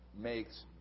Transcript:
makes